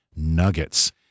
Nuggets